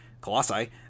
colossi